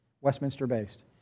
Westminster-based